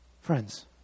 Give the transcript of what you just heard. Friends